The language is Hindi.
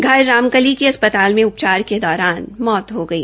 घायल रामकली की अस्पताल में उपचार के दौरान मौत हो गई